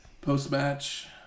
Post-match